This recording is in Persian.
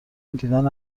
دیدن